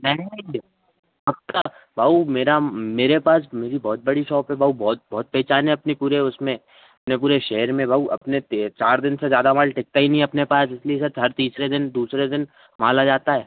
नहीं पक्का भाऊ मेरा मेरे पास मेरी बहुत बड़ी शॉप है भाऊ बहुत पहचान है अपनी पूरे उसमें अपने पूरे शहर में भाऊ अपने तो चार दिन से ज़्यादा माल टिकता ही नहीं है अपने पास इसलिए हर तीसरे दिन दूसरे दिन माल आ जाता है